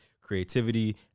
creativity